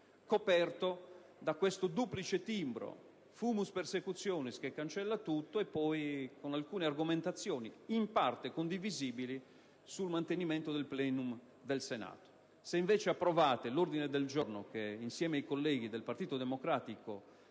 coperto da questo duplice timbro: *fumus persecutionis* che cancella tutto e poi alcune argomentazioni, in parte condivisibili, sul mantenimento del *plenum* del Senato. Se invece sarà approvato l'ordine del giorno proposto all'Aula dal Gruppo del Partito Democratico,